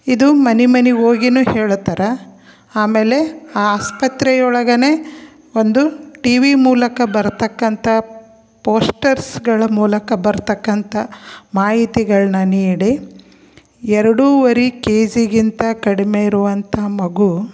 ಇದು ಮನೆ ಮನೆ ಹೋಗಿಯು ಹೇಳೋ ಥರ ಆಮೇಲೆ ಆ ಆಸ್ಪತ್ರೆಯೊಳಗ ಒಂದು ಟಿ ವಿ ಮೂಲಕ ಬರತಕ್ಕಂಥ ಪೋಸ್ಟರ್ಸ್ಗಳ ಮೂಲಕ ಬರತಕ್ಕಂಥ ಮಾಹಿತಿಗಳ್ನ ನೀಡಿ ಎರಡೂವರೆ ಕೆ ಝಿಗಿಂತ ಕಡಿಮೆ ಇರುವಂಥ ಮಗು